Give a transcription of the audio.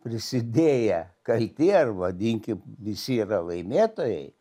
prisidėję kalti ar vadinkim visi yra laimėtojai